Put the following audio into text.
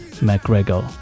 McGregor